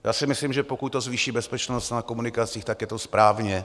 Já si myslím, že pokud to zvýší bezpečnost na komunikacích, tak je to správně.